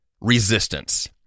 Resistance